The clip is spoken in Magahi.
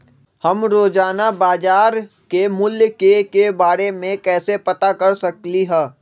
हम रोजाना बाजार के मूल्य के के बारे में कैसे पता कर सकली ह?